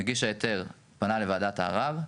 מגיש ההיתר פנה לוועדת הערער,